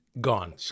gone